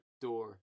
door